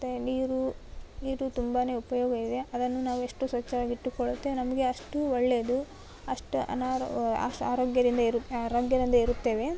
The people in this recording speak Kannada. ಮತ್ತೆ ನೀರು ನೀರು ತುಂಬಾ ಉಪಯೋಗ ಇದೆ ಅದನ್ನು ನಾವೆಷ್ಟು ಸ್ವಚ್ಛವಾಗಿಟ್ಟುಕೊಳ್ಳುತ್ತೆ ನಮಗೆ ಅಷ್ಟು ಒಳ್ಳೆಯದು ಅಷ್ಟೇ ಅನಾರೋ ಅಷ್ಟೇ ಆರೋಗ್ಯದಿಂದ ಇರಿ ಆರೋಗ್ಯದಿಂದ ಇರುತ್ತೇವೆ